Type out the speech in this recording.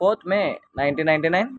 fourth may nineteen nineteen